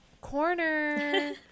corner